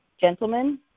gentlemen